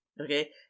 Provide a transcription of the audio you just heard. okay